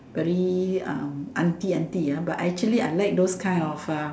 very um auntie auntie ah but actually I like those kind of a